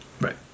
Right